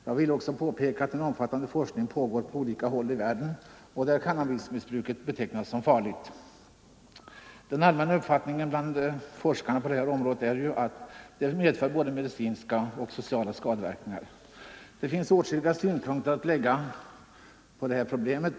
Jag vill också påpeka att en omfattande forskning pågår på olika håll i världen, där cannabismissbruket betecknas som farligt. Den allmänna uppfattningen bland forskarna på området är ju att detta missbruk medför både medicinska och sociala skadeverkningar. Det finns åtskilliga synpunkter att lägga på det här problemet.